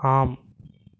ஆம்